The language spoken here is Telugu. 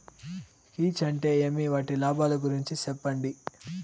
కీచ్ అంటే ఏమి? వాటి లాభాలు గురించి సెప్పండి?